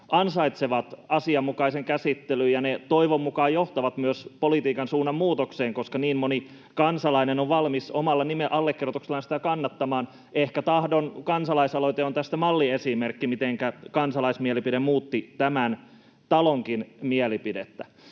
ansaitsevat asianmukaisen käsittelyn, ja ne toivon mukaan johtavat myös politiikan suunnanmuutokseen, koska niin moni kansalainen on valmis omalla allekirjoituksellaan niitä kannattamaan. Ehkä Tahdon-kansalaisaloite on tästä malliesimerkki, mitenkä kansalaismielipide muutti tämänkin talon mielipidettä.